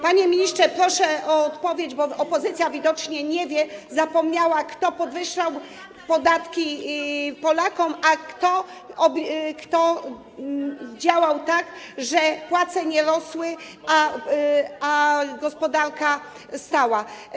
Panie ministrze, proszę o odpowiedź, bo opozycja widocznie nie wie, zapomniała, kto podwyższał podatki Polakom, a kto działał tak, że płace nie rosły, a gospodarka stała.